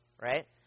Right